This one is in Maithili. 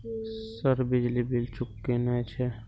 सर बिजली बील चूकेना छे?